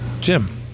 Jim